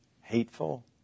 hateful